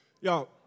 Yo